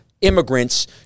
immigrants